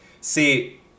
See